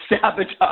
sabotage